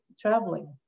traveling